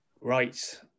Right